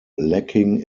lacking